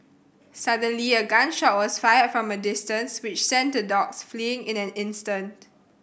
suddenly a gun shot was fired from a distance which sent the dogs fleeing in an instant